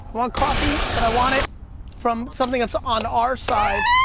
want coffee, but i want it from something that's on our side,